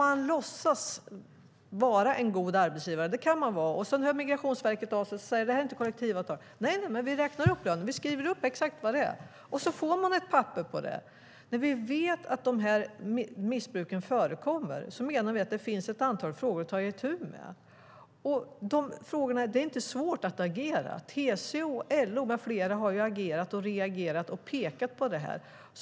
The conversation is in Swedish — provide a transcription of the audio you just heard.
Man kan låtsas vara en god arbetsgivare och skriva upp lönen när Migrationsverket hör av sig, så att det finns papper på det. När vi vet att dessa missbruk förekommer finns det ett antal frågor att ta itu med. Det är inte svårt att agera. TCO, LO med flera har ju agerat och reagerat på detta.